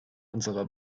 unserer